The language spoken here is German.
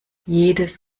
jedes